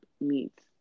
meets